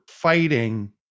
fighting